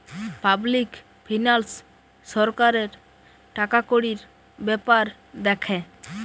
public finance সরকারের টাকাকড়ির বেপার দ্যাখে